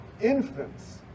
infants